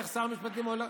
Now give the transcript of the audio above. איך שר המשפטים הולך,